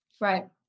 Right